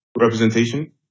representation